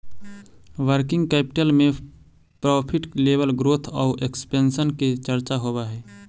working capital में profit level growth आउ expansion के चर्चा होवऽ हई